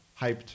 hyped